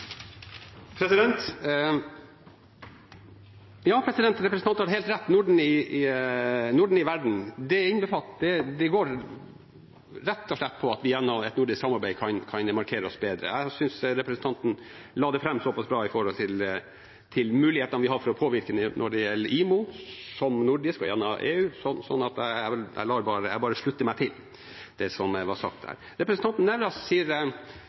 Ja, representanten har helt rett – Norden er i verden. Det handler rett og slett om at vi gjennom et nordisk samarbeid kan markere oss bedre. Jeg synes representanten la det fram bra når det gjelder mulighetene vi har for å påvirke IMO, som nordisk og gjennom EU, så jeg bare slutter meg til det som ble sagt. Representanten Nævra omtaler skattlegging av skipsfarten som en hellig ku. Jeg tror også vi skal ta med at en del av bildet er nok at hvis vi ikke hadde hatt de